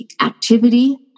activity